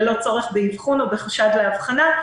ללא צורך באבחון או בחשד לאבחנה,